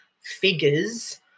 figures